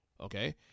okay